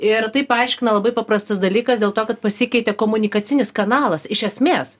ir tai paaiškina labai paprastas dalykas dėl to kad pasikeitė komunikacinis kanalas iš esmės